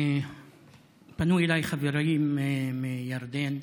פנו אליי חברים מירדן,